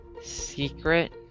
Secret